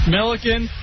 Milliken